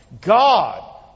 God